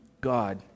God